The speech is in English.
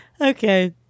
Okay